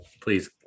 please